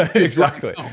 ah exactly,